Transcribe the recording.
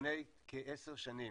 לפני כעשר שנים